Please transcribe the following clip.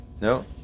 No